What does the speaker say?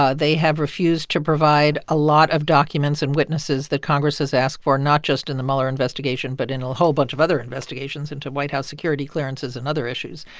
ah they have refused to provide a lot of documents and witnesses that congress has asked for, not just in the mueller investigation but in a whole bunch of other investigations into white house security clearances and other issues.